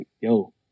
yo